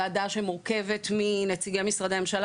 וועדה שמורכבת מנציגי משרדי ממשלה